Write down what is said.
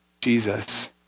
Jesus